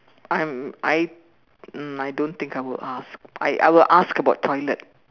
I'm I um I don't think I will ask I I will ask about toilet